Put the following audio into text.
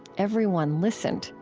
everyone listened,